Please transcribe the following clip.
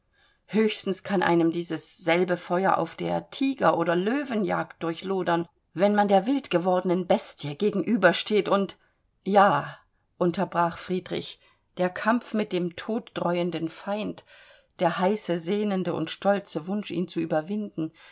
höchstens kann einem dieses selbe feuer auf der tiger oder löwenjagd durchlodern wenn man der wildgewordenen bestie gegenübersteht und ja unterbrach friedrich der kampf mit dem toddräuenden feind der heiße sehnende und stolze wunsch ihn zu überwinden